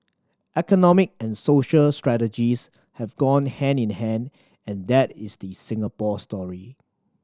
economic and social strategies have gone hand in hand and that is the Singapore story